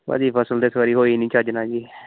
ਭਾਅ ਜੀ ਫਸਲ ਤਾਂ ਇਸ ਵਾਰੀ ਹੋਈ ਨਹੀਂ ਚੱਜ ਨਾਲ ਜੀ